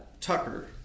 Tucker